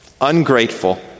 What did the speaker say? Ungrateful